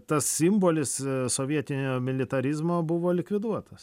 tas simbolis sovietinio militarizmo buvo likviduotas